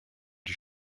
die